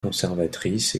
conservatrices